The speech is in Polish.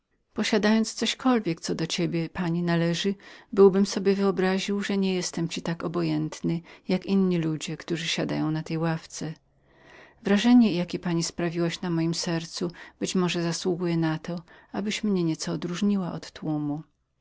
posiadając cośkolwiek co do ciebie pani należało byłbym sobie wyobraził że niejestem ci tak obojętnym jak inni ludzie którzy siadają na tej ławce wrażenie jakie pani sprawiłaś na mojem sercu może zasługuje abyś mnie trocha odróżniła od tłumu